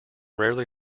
rarely